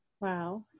Wow